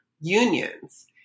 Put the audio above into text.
unions